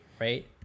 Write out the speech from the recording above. right